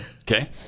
Okay